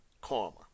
karma